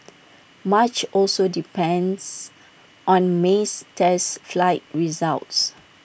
much also depends on May's test flight results